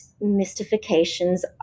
mystifications